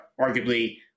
arguably